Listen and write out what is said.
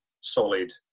solid